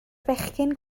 bechgyn